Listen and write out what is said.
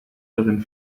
darin